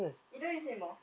you don't use anymore